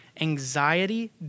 anxiety